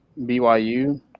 BYU